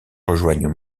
rejoignent